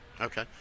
Okay